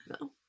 No